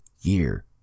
year